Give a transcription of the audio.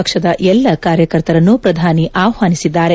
ಪಕ್ಷದ ಎಲ್ಲ ಕಾರ್ಯಕರ್ತರನ್ನು ಪ್ರಧಾನಿ ಆಹ್ವಾನಿಸಿದ್ದಾರೆ